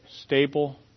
Stable